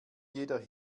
jeder